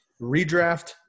Redraft